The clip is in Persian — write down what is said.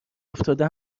افتاده